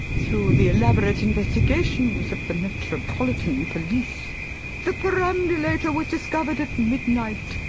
through the elaborate investigations of the metropolitan police the perambulator was discovered at midnight,